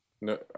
no